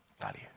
value